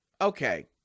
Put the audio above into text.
Okay